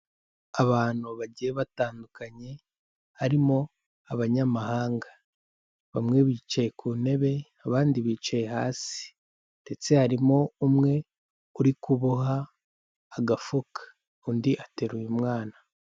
Abantu bagiye batandukanye harimo abanyamahanga, bamwe bicaye ku ntebe abandi bicaye hasi ndetse harimo umwe uri kuboha agafuka, undi ateruye umwana.